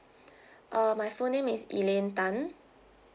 uh my full name is elaine tan